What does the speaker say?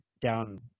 down